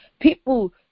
people